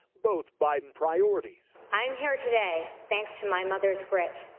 both biden priorities. i'm here today thanks to my mother's grit.